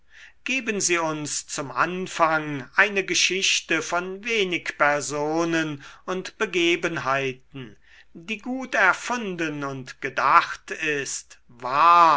geben sie uns zum anfang eine geschichte von wenig personen und begebenheiten die gut erfunden und gedacht ist wahr